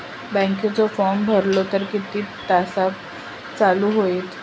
बँकेचो फार्म भरलो तर किती तासाक चालू होईत?